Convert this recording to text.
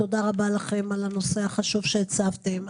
תודה רבה לכם על הנושא החשוב שהצפתם.